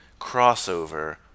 crossover